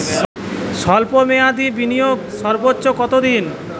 স্বল্প মেয়াদি বিনিয়োগ সর্বোচ্চ কত দিন?